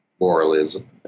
moralism